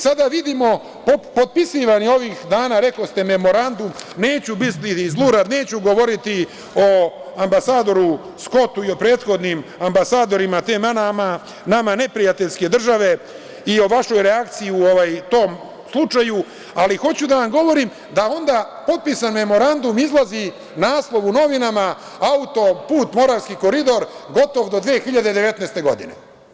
Sada vidimo, kako rekoste, da je potpisan ovih dana Memorandum, neću biti ni zlurad, neću govoriti o ambasadoru Skotu i o prethodnim ambasadorima te nama neprijateljske države i o vašoj reakciji u tom slučaju, ali hoću da vam govorim da onda potpisan Memorandum, izlazi naslov u novinama – auto-put Moravski koridor gotov do 2019. godine.